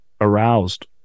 aroused